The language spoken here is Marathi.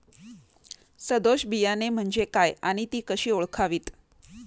सदोष बियाणे म्हणजे काय आणि ती कशी ओळखावीत?